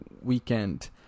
weekend